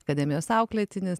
akademijos auklėtinis